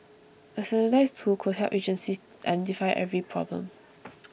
a standardised tool could help agencies identify every problem